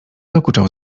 dokuczał